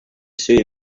sui